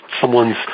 someone's